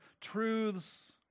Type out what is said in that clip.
truths